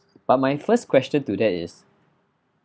but my first question to that is